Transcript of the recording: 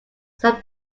some